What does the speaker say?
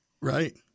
Right